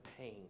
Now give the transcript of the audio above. pain